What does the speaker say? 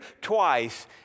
Twice